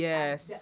Yes